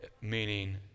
meaning